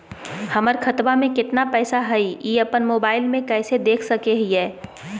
हमर खाता में केतना पैसा हई, ई अपन मोबाईल में कैसे देख सके हियई?